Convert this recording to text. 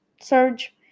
Surge